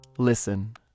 Listen